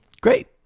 Great